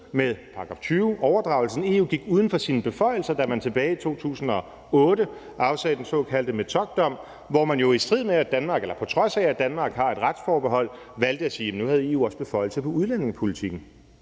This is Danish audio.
med § 20, og at EU gik uden for sine beføjelser, da man tilbage i 2008 afsagde den såkaldte Metockdom, hvor man jo på trods af at Danmark har et retsforbehold valgte at sige, at nu havde EU også beføjelser på udlændingepolitikken.